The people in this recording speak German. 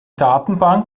datenbank